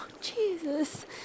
Jesus